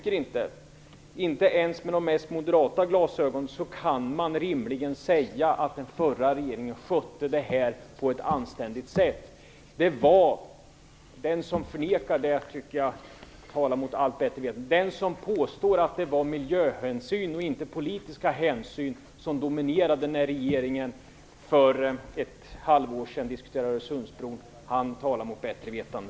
Inte ens med de mest moderata glasögon anser jag att man rimligen kan säga att den förra regeringen skötte detta på ett anständigt sätt. Den som påstår att det var miljöhänsyn och inte politiska hänsyn som dominerade när den dåvarande regeringen för ett halvår sedan diskuterade Öresundsbron talar mot bättre vetande.